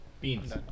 Beans